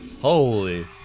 Holy